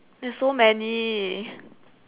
there's so many